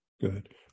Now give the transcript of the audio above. Good